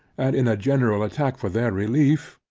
and in a general attack for their relief,